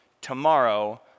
tomorrow